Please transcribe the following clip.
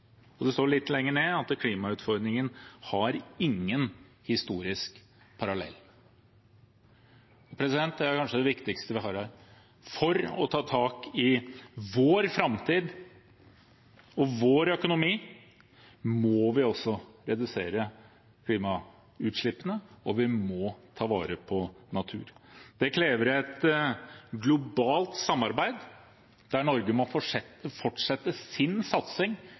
utvikling.» Så står det litt lenger ned: «Klimautfordringen har ingen historisk parallell.» Det er kanskje det viktigste vi har her. For å ta tak i vår framtid og vår økonomi må vi redusere klimautslippene, og vi må ta vare på natur. Det krever et globalt samarbeid, der Norge må fortsette sin satsing